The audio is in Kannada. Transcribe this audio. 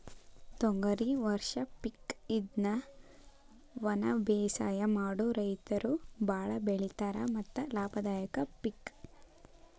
ತೊಗರಿ ವರ್ಷ ಪಿಕ್ ಇದ್ನಾ ವನಬೇಸಾಯ ಮಾಡು ರೈತರು ಬಾಳ ಬೆಳಿತಾರ ಮತ್ತ ಲಾಭದಾಯಕ ಪಿಕ್